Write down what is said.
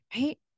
right